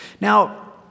Now